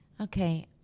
Okay